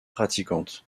pratiquante